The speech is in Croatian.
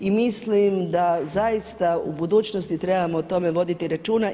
I mislim da zaista u budućnosti trebamo o tome voditi računa.